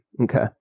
Okay